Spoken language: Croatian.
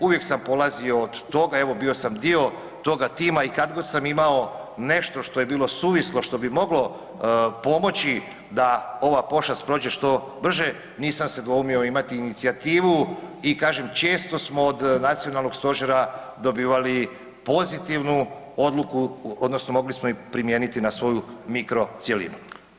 Uvijek sam polazio od toga, evo bio sam dio toga tima i kad god sam imao nešto što je bilo suvislo, što bi moglo pomoći da ova pošast prođe što brže, nisam se dvoumio imati inicijativu i kažem, često smo od nacionalnog stožera dobivali pozitivnu odluku odnosno mogli smo je primijeniti na svoju mikro cjelinu.